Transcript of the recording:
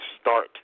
start